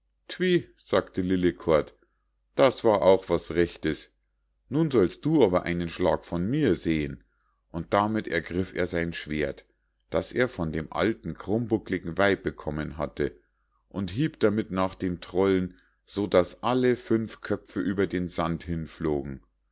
sagte lillekort das war auch was rechtes nun sollst du aber einen schlag von mir sehen und damit ergriff er sein schwert das er von dem alten krummpuckligen weib bekommen hatte und hieb damit nach dem trollen so daß alle fünf köpfe über den sand hinflogen